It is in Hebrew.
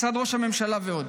משרד ראש הממשלה ועוד.